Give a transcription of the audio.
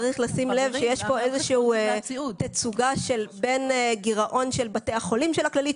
צריך לשים לב שיש פה איזושהי תצוגה בין גירעון של בתי החולים של הכללית,